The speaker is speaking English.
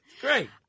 Great